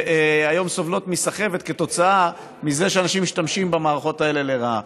שהיום סובלות מסחבת כתוצאה מזה שאנשים משתמשים במערכות האלה לרעה.